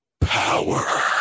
power